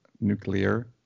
nuclear